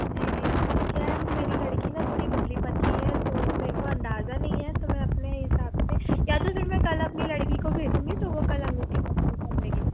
जी जी क्या है मेरी लड़की ना थोड़ी दुबली पतली है तो मेरे को अंदाज़ा नहीं है तो मैं अपने हिसाब से या तो फिर मैं कल अपनी लड़की को भेजूंगी तो वो कल अंगूठी पसंद कर लेगी